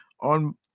On